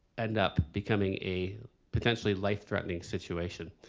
end up becoming a potentially life threatening situation.